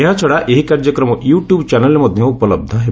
ଏହାଛଡ଼ା ଏହି କାର୍ଯ୍ୟକ୍ରମ ୟୁଟୁବ୍ ଚ୍ୟାନେଲ୍ରେ ମଧ୍ୟ ଉପଲବ୍ଧ ହେବ